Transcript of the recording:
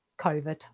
COVID